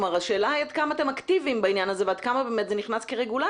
השאלה היא עד כמה אתם אקטיביים בעניין הזה ועד כמה זה נכנס כרגולציה.